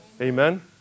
Amen